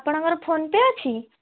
ଆପଣଙ୍କର PhonePe ଅଛି